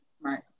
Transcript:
Right